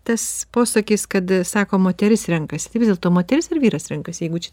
tas posakis kad sako moteris renkasi tai vis dėlto moteris ar vyras renkasi jeigu čia